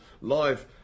live